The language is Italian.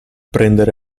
prendere